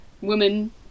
woman